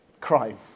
crime